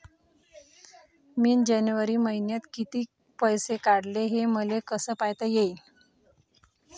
मिन जनवरी मईन्यात कितीक पैसे काढले, हे मले कस पायता येईन?